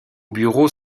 bureaux